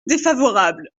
défavorable